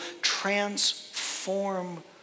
transform